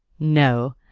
no,